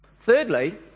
Thirdly